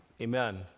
Amen